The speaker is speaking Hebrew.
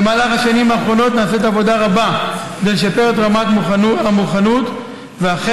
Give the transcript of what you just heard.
במהלך השנים האחרונות נעשית עבודה רבה כדי לשפר את רמת המוכנות ואכן,